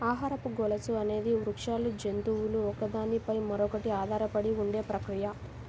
ఆహారపు గొలుసు అనేది వృక్షాలు, జంతువులు ఒకదాని పై మరొకటి ఆధారపడి ఉండే ప్రక్రియ